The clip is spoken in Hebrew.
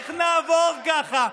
איך נעבור ככה?